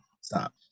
Stop